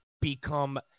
become